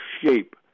shape